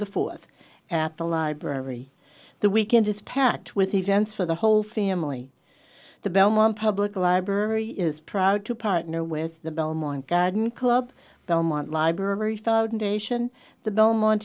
the fourth at the library the weekend is packed with events for the whole family the belmont public library is proud to partner with the belmont garden club belmont library foundation the belmont